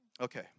okay